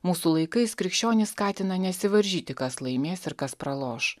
mūsų laikais krikščionys skatina nesivaržyti kas laimės ir kas praloš